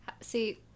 See